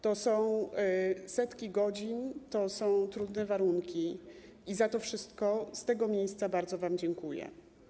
To są setki godzin pracy w trudnych warunkach i za to wszystko z tego miejsca bardzo wam dziękuję.